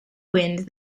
wind